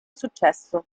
successo